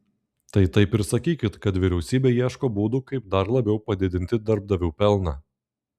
tai taip ir sakykit kad vyriausybė ieško būdų kaip dar labiau padidinti darbdavių pelną